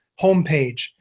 homepage